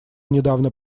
недавно